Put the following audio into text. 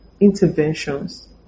interventions